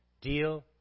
deal